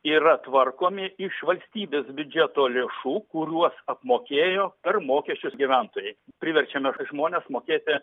yra tvarkomi iš valstybės biudžeto lėšų kuriuos apmokėjo per mokesčius gyventojai priverčiame žmones mokėti